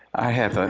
i have